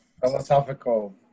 philosophical